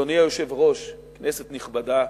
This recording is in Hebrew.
אדוני היושב-ראש, כנסת נכבדה,